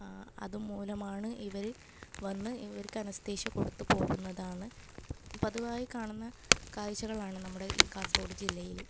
അത് മൂലമാണ് ഇവർ വന്ന് ഇവർക്ക് അനസ്തേഷ്യ കൊടുത്ത് പോകുന്നതാന്ന് പതിവായി കാണുന്ന കാഴ്ചകളാണ് നമ്മുടെ ഈ കാസർഗോഡ് ജില്ലയിൽ